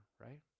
right